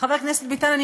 חברת הכנסת גרמן,